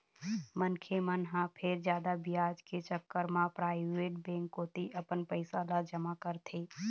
मनखे मन ह फेर जादा बियाज के चक्कर म पराइवेट बेंक कोती अपन पइसा ल जमा करथे